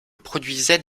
produisait